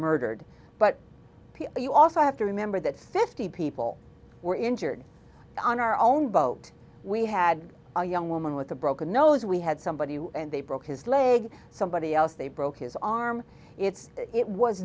murdered but you also have to remember that fifty people were injured on our own boat we had a young woman with a broken nose we had somebody and they broke his leg somebody else they broke his arm it's it was